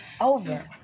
Over